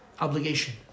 Obligation